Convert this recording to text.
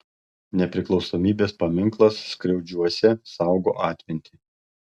nepriklausomybės paminklas skriaudžiuose saugo atmintį